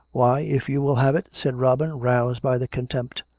why, if you will have it, said robin, roused by the contempt,